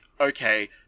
okay